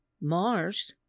Mars